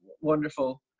wonderful